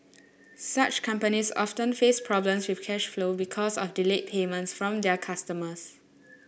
such companies often face problems with cash flow because of delayed payments from their customers